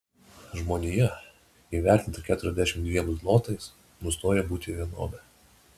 žmonija įvertinta keturiasdešimt dviem zlotais nustoja būti vienove